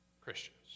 Christians